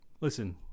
listen